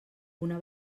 una